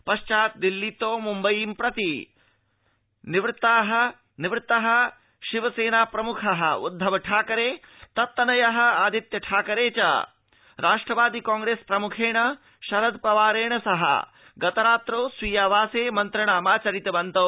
पश्चात् दिल्लीतः मुम्बई प्रतिनिवृत्तौ शिवसेनाप्रमुखः उद्धव ठाकरे तत्तनयः आदित्य ठाकरे च राष्ट्रवादि कांग्रेस् प्रमुखेण शरद पवारेण सह गतरात्रौ स्वीयावासे मन्त्रणामाचरितवन्तौ